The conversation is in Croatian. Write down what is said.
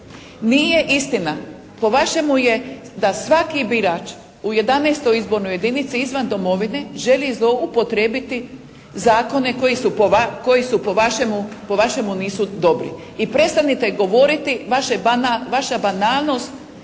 Nije istina, po vašemu je da svaki birač u 11. izbornoj jedinici izvan domovine želi zloupotrijebiti zakone koji su po vašemu nisu dobri. I prestanite govoriti, vaša banalnost